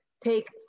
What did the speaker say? take